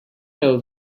know